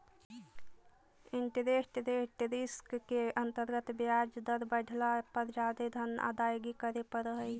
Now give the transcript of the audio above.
interest rate risk के अंतर्गत ब्याज दर बढ़ला पर जादे धन अदायगी करे पड़ऽ हई